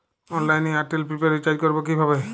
অনলাইনে এয়ারটেলে prepaid recharge করবো কিভাবে?